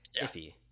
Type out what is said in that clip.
iffy